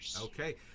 Okay